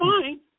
fine